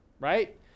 right